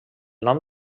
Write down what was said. nom